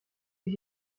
est